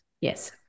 Yes